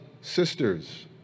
sisters